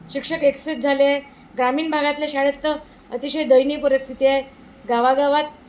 शिक्षक एकसेस झाले आहे ग्रामीण भागातल्या शाळेत तर अतिशय दयनीय परिस्थिती आहे गावागावात